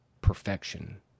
perfection